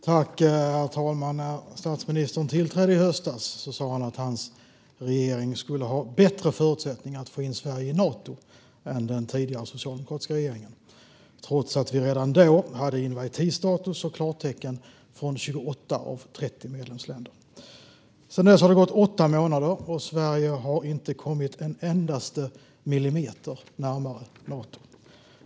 Herr talman! När statsministern tillträdde i höstas sa han att hans regering skulle ha bättre förutsättningar att få in Sverige i Nato än den tidigare socialdemokratiska regeringen, trots att vi redan då hade invitee-status och klartecken från 28 av 30 medlemsländer. Sedan dess har det gått åtta månader, och Sverige har inte kommit en endaste millimeter närmare Nato.